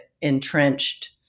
entrenched